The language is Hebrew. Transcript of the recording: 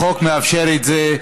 החוק מאפשר את זה,